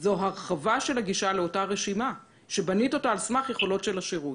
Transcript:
זו הרחבה של הגישה לאותה רשימה שבנית אותה על סמך יכולות של השירות.